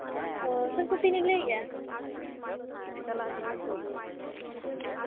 ᱚ ᱥᱚᱨᱚᱥᱚᱛᱤ ᱞᱤᱧ ᱞᱟᱹᱭ ᱮᱫᱼᱟ